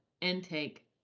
intake